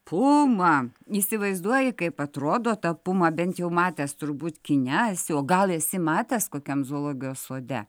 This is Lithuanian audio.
puma įsivaizduoji kaip atrodo ta puma bent jau matęs turbūt kine esi o gal esi matęs kokiam zoologijos sode